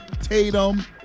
Tatum